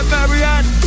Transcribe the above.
Marianne